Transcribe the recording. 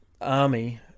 army